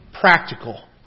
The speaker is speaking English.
practical